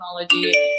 technology